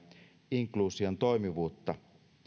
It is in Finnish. inkluusion toimivuutta